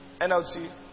NLT